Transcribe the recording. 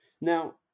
Now